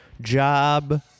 job